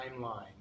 timeline